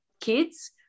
kids